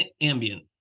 ambient